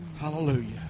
Hallelujah